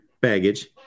baggage